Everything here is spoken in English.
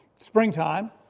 Springtime